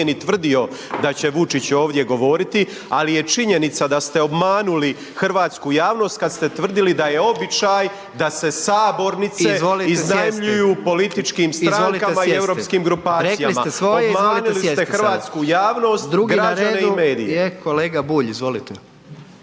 ni tvrdio da će Vučić ovdje govoriti ali je činjenica da ste obmanuli hrvatsku javnost kada ste tvrdili da je običaj da se sabornice iznajmljuju političkim strankama i političkim grupacijama. **Jandroković, Gordan (HDZ)**